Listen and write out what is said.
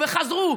וחזרו,